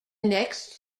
next